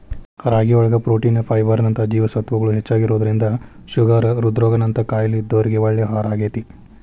ರಾಗಿಯೊಳಗ protein, fibre ನಂತ ಜೇವಸತ್ವಗಳು ಹೆಚ್ಚಾಗಿರೋದ್ರಿಂದ ಶುಗರ್, ಹೃದ್ರೋಗ ದಂತ ಕಾಯಲೇ ಇದ್ದೋರಿಗೆ ಒಳ್ಳೆ ಆಹಾರಾಗೇತಿ